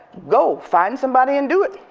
go. find somebody and do it.